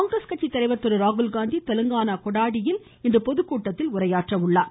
காங்கிரஸ் கட்சி தலைவர் திரு ராகுல்காந்தி தெலங்கானா கொடாடியில் பொதுக்கூட்டத்தில் உரையாற்றுகிறார்